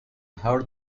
heard